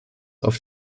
auf